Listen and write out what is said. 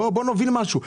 בוא נוביל משהו.